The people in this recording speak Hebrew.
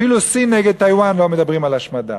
אפילו סין נגד טייוואן, לא מדברים על השמדה.